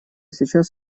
сейчас